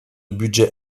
budgets